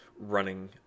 running